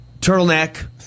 turtleneck